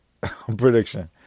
prediction